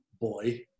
boy